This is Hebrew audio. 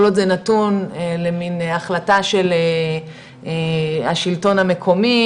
כל עוד זה נתון למין החלטה של השלטון המקומי